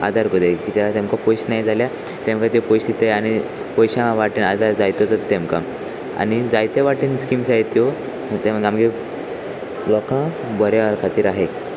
आदार करताय कित्याक तेमकां पयशें नाय जाल्यार तेमकां त्यो पयशे आसताय आनी पयशां वाटेन आदार जायतचच तेमकां आनी जायते वाटेन स्किम्साय त्यो ते आमगे लोकांक बऱ्या खातीर आसाय